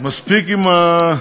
מספיק עם,